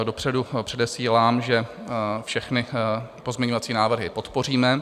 Dopředu předesílám, že všechny pozměňovací návrhy podpoříme.